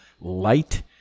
light